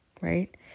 right